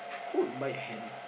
who would buy a hen